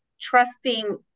trusting